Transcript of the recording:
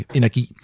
energi